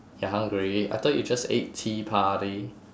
you're hungry I thought you just ate tea party